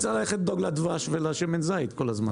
אני צריך לדאוג לדבש ולשמן זית כל הזמן.